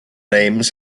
names